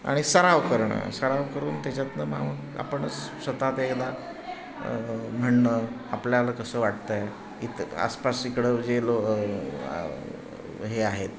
आणि सराव करणं सराव करून त्याच्यातनं आपणच स्वतः ते एकदा म्हणणं आपल्याला कसं वाटतं आहे इथं आसपास इकडं जे लो हे आहेत